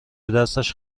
دستش